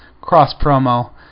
cross-promo